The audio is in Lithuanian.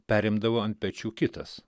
perimdavo ant pečių kitas